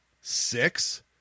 six